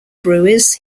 brewers